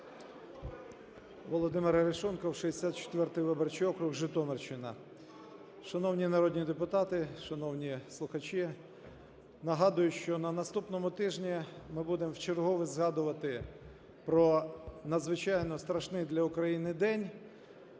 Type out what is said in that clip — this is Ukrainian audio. Володимир Арешонков, 64 виборчий округ, Житомирщина. Шановні народні депутати, шановні слухачі, нагадую, що на наступному тижні ми будемо вчергове згадувати про надзвичайно страшний для України день,